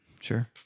sure